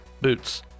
Boots